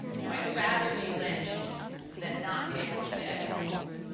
you know, i'd rather be lynched than not be able to say i don't like it.